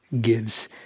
gives